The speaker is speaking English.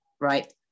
right